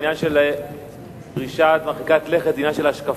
העניין של דרישה מרחיקה לכת הוא עניין של השקפה.